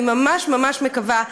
אני ממש ממש מקווה,